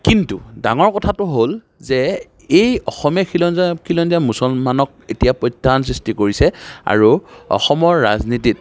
কিন্তু ডাঙৰ কথাটো হ'ল যে এই অসমীয়া খিলঞ্জীয়া খিলঞ্জীয়া মুছলমানক এতিয়া প্ৰত্যাহ্বান সৃষ্টি কৰিছে আৰু অসমৰ ৰাজনীতিত